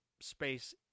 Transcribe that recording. space